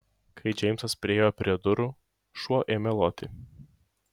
kai džeimsas priėjo prie durų šuo ėmė loti